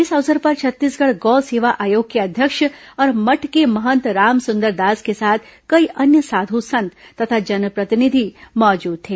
इस अवसर पर छत्तीसगढ़ गौ सेवा आयोग के अध्यक्ष और मठ के महंत रामसंदर दास के साथ कई अन्य साधु संत तथा जनप्रतिनिधि मौजूद थे